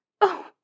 Oh